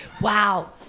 Wow